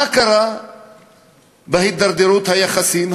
מה קרה בהידרדרות היחסים?